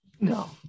no